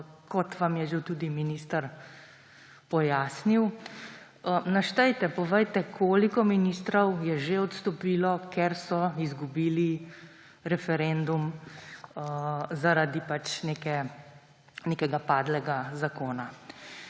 kot vam je že tudi minister pojasnil, naštejte, povejte, koliko ministrov je že odstopilo, ker so izgubili referendum, zaradi nekega padlega zakona.